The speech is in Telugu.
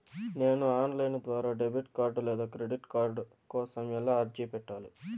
నేను ఆన్ లైను ద్వారా డెబిట్ కార్డు లేదా క్రెడిట్ కార్డు కోసం ఎలా అర్జీ పెట్టాలి?